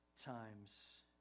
times